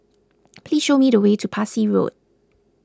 please show me the way to Parsi Road